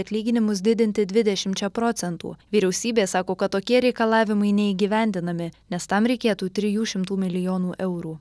atlyginimus didinti dvidešimčia procentų vyriausybė sako kad tokie reikalavimai neįgyvendinami nes tam reikėtų trijų šimtų milijonų eurų